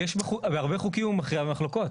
בהרבה חוקים הוא מכריע במחלוקות.